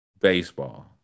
baseball